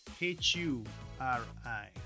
H-U-R-I